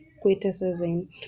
criticism